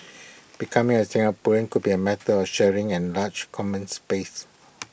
becoming A Singaporean could be A matter of sharing an large common space